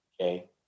Okay